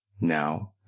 Now